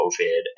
COVID